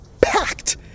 Packed